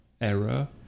error